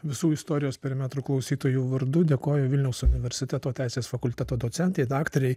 visų istorijos perimetrų klausytojų vardu dėkoju vilniaus universiteto teisės fakulteto docentei daktarei